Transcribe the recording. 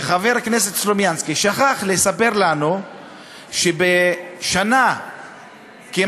וחבר הכנסת סלומינסקי שכח לספר לנו שבשנה כמעט